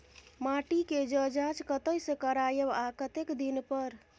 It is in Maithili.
माटी के ज जॉंच कतय से करायब आ कतेक दिन पर?